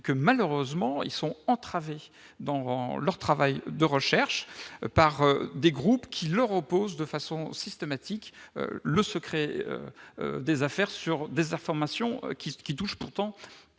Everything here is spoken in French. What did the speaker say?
malheureusement entravés dans leur travail de recherche par des groupes qui leur opposent de façon systématique le secret des affaires sur des informations qui touchent pourtant